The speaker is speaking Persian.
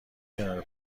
کنار